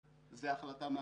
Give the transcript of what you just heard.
זה החלטה מהבית.